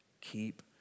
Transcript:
keep